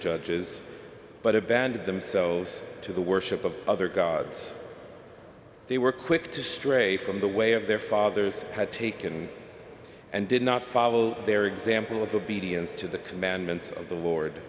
judges but abandoned themselves to the worship of other gods they were quick to stray from the way of their fathers had taken and did not follow their example of obedience to the commandments of the lord